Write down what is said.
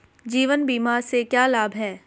जीवन बीमा से क्या लाभ हैं?